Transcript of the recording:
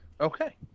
Okay